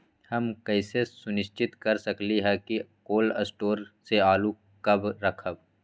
हम कैसे सुनिश्चित कर सकली ह कि कोल शटोर से आलू कब रखब?